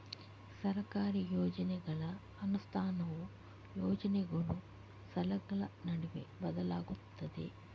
ಸರ್ಕಾರಿ ಯೋಜನೆಗಳ ಅನುಷ್ಠಾನವು ಯೋಜನೆಗಳು, ಸ್ಥಳಗಳ ನಡುವೆ ಬದಲಾಗುತ್ತದೆ